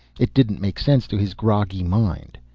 it didn't make sense to his groggy mind.